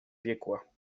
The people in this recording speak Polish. piekła